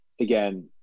again